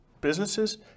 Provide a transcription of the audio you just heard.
businesses